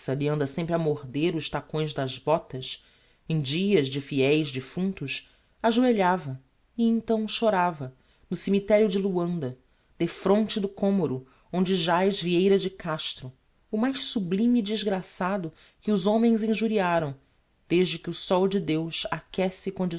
lhe anda sempre a morder os tacões das botas em dia de fieis defuntos ajoelhava e então chorava no cemiterio de loanda defronte do cómoro onde jaz vieira de castro o mais sublime desgraçado que os homens injuriaram desde que o sol de deus aquece